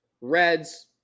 Reds